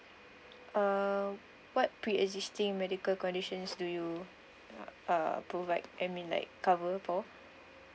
uh what pre existing medical conditions do you uh provide I mean like cover for